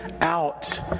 out